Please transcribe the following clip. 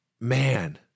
man